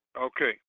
Okay